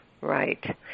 Right